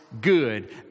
good